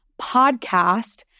podcast